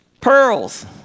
Pearls